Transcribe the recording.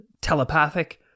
telepathic